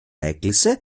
έκλεισε